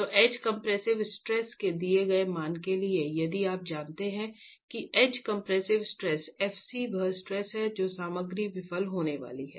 तो as compressive stress के दिए गए मान के लिए यदि आप जानते हैं कि as compressive stress f c वह स्ट्रेस है जो सामग्री विफल होने वाली है